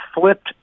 flipped